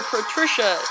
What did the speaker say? Patricia